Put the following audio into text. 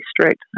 strict